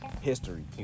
history